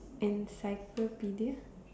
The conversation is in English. encyclopedia